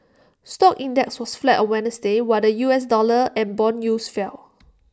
stock index was flat on Wednesday while the U S dollar and Bond yields fell